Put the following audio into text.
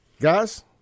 Guys